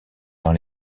dans